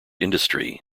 industry